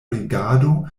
rigardo